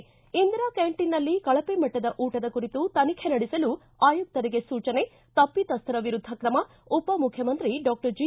ಿ ಇಂದಿರಾ ಕ್ಯಾಂಟೀನ್ನಲ್ಲಿ ಕಳಪೆ ಮಟ್ಟದ ಊಟದ ಕುರಿತು ತನಿಖೆ ನಡೆಸಲು ಆಯುಕ್ತರಿಗೆ ಸೂಚನೆ ತಪ್ಪಿತಸ್ಥರ ವಿರುದ್ಧ ಕ್ರಮ ಉಪ ಮುಖ್ಯಮಂತ್ರಿ ಡಾಕ್ಟರ್ ಜಿ